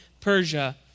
Persia